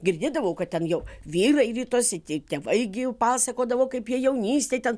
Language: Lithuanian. girdėdavau kad ten jau vyrai ritosi taip tėvai gi jų pasakodavo kaip jie jaunystėj ten